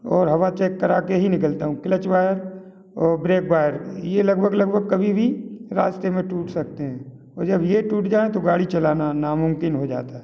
और हवा चेक करा ही निकलता हूँ क्लच वायर और ब्रेक वायर ये लगभग लगभग कभी भी रास्ते में टूट सकते हैं जब ये टूट जाए तो गाड़ी चलाना नामुमकिन हो जाता है